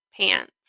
pants